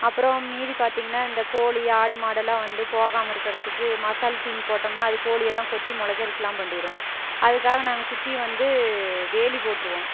அப்புறம் மீதி பார்த்திங்கன்னா இந்த கோழி ஆடு மாடெல்லாம் வந்து போகாமல் இருக்கிறத்துக்கு மசால் தீன் போட்டோம்னா அது கோழியெல்லாம் கொத்தி முளைகிறதுக்கு இல்லாமல் பண்டிரும் அதுக்காக நாங்கள் சுற்றி வந்து வேலி போட்டுருவோம்